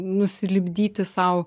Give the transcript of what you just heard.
nusilipdyti sau